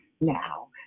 Now